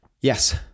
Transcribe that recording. yes